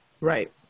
Right